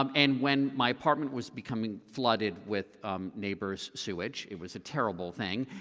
um and when my apartment was becoming flooded with neighbors' sewage, it was a terrible thing,